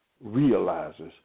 realizes